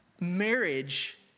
marriage